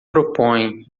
propõe